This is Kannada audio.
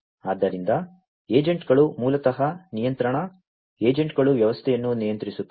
ಆದ್ದರಿಂದ ಏಜೆಂಟ್ಗಳು ಮೂಲತಃ ನಿಯಂತ್ರಣ ಏಜೆಂಟ್ಗಳು ವ್ಯವಸ್ಥೆಯನ್ನು ನಿಯಂತ್ರಿಸುತ್ತಾರೆ